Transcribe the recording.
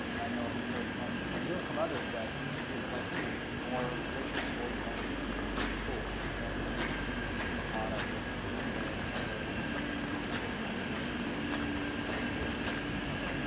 and i know we've heard from from you and from others that they would like you know more richer storytelling tools, interactivity within the product to to convey and a narrative. and those are things that we certainly hear when you say that.